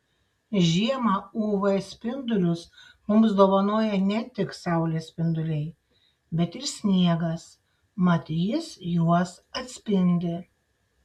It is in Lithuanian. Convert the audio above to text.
žiemą uv spindulius mums dovanoja ne tik saulės spinduliai bet ir sniegas mat jis juos atspindi